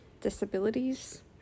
disabilities